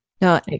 No